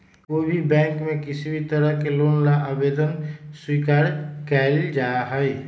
कोई भी बैंक में किसी भी तरह के लोन ला आवेदन स्वीकार्य कइल जाहई